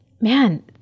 man